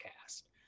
cast